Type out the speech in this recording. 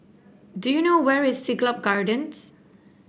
do you know where is Siglap Gardens